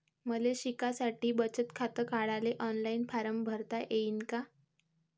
मले शिकासाठी बचत खात काढाले ऑनलाईन फारम भरता येईन का?